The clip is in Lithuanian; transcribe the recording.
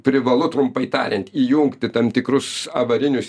privalu trumpai tariant įjungti tam tikrus avarinius